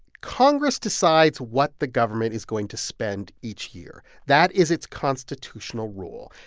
congress decides what the government is going to spend each year. that is its constitutional rule.